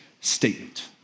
statement